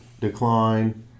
decline